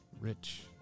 Rich